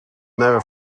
never